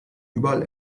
überall